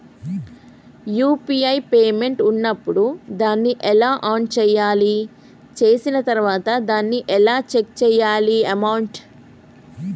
UPI payment ఉన్నప్పుడు దాన్ని ఎలా ఆన్ చేయాలి? చేసిన తర్వాత దాన్ని ఎలా చెక్ చేయాలి అమౌంట్?